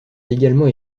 également